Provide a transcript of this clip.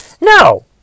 No